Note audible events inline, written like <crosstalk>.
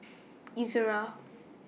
<noise> Ezerra